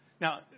Now